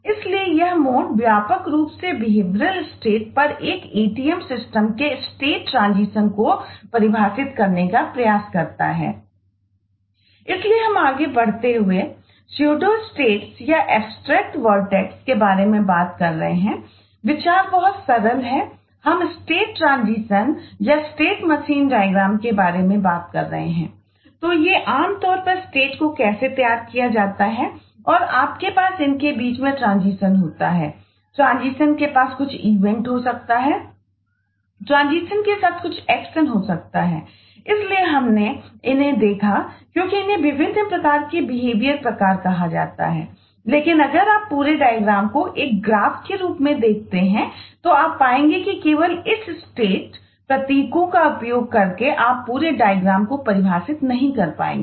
इसलिए हम आगे बढ़ते हुए स्यूडोस्टेट्सको परिभाषित नहीं कर पाएंगे